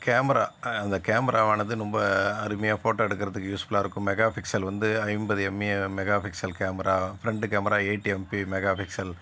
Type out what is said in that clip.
camera அந்த கேமராவானது ரொம்ப அருமையான ஃபோட்டோ எடுக்கிறதுக்கு யூஸ்ஃபுல்லாக இருக்கும் மெகா பிக்சல் வந்து ஐம்பது MA megapixel camera front camera eighty MP mega pixel